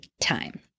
time